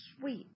sweet